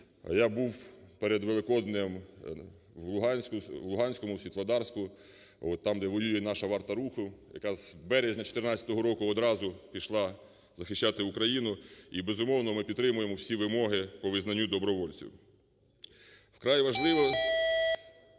Я був перед Великоднем в Луганському, в Світлодарську, там, де воює наша "Варта Руху", яка з березня 2014 року, одразу пішла захищати Україну. І, безумовно, ми підтримуємо всі вимоги по визнанню добровольців. Вкрай важливо